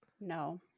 No